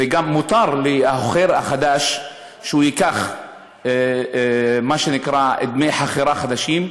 וגם מותר לחוכר החדש לקחת מה שנקרא דמי חכירה חדשים,